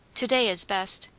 to-day is best.